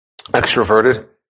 extroverted